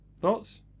thoughts